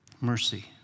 Mercy